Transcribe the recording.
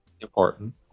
Important